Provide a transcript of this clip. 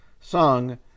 sung